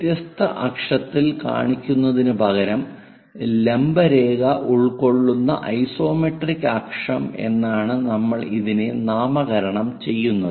വ്യത്യസ്ത അക്ഷത്തിൽ കാണിക്കുന്നതിനുപകരം ലംബ രേഖ ഉൾക്കൊള്ളുന്ന ഐസോമെട്രിക് അക്ഷം എന്നാണ് നമ്മൾ ഇതിനെ നാമകരണം ചെയ്യുന്നത്